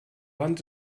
wand